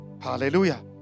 Hallelujah